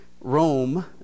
Rome